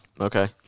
Okay